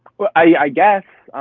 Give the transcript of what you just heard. well, i guess.